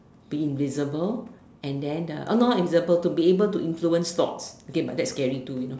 be invisible and then no not invisible to be able to influence thoughts okay but that's scary too you know